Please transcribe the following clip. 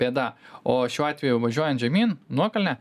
bėda o šiuo atveju važiuojant žemyn nuokalne